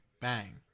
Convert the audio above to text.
Bang